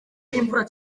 n’imvura